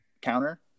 counter